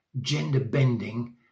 gender-bending